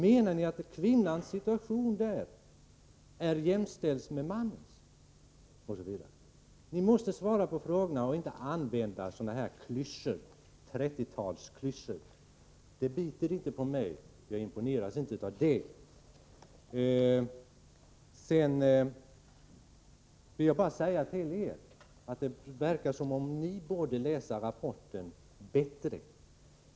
Menar ni att kvinnan i dessa länder är jämställd med mannen, osv.? Ni måste svara på frågorna och inte använda 30-talsklyschor. De biter inte på mig, jag imponeras inte av dem. Sedan vill jag bara säga till er att det verkar som om ni borde läsa rapporten bättre.